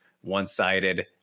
one-sided